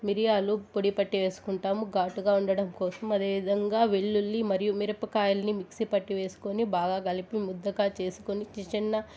మిరియాలు పొడిపట్టి వేసుకుంటాం ఘాటుగా ఉండడం కోసం అదేవిధంగా వెల్లుల్లి మరియు మిరపకాయల్ని మిక్సీ పట్టి వేసుకుని బాగా కలిపి ముద్దగా చేసుకుని చిన్న చిన్న